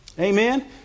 Amen